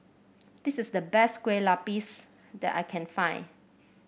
this is the best Kue Lupis that I can find